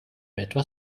etwas